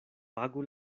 pagu